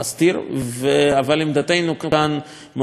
אבל עמדתנו כאן מאוד מאוד נחושה,